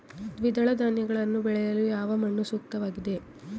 ದ್ವಿದಳ ಧಾನ್ಯಗಳನ್ನು ಬೆಳೆಯಲು ಯಾವ ಮಣ್ಣು ಸೂಕ್ತವಾಗಿದೆ?